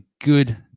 good